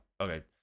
Okay